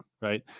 right